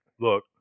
look